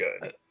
good